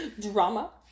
Drama